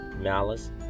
malice